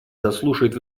заслушает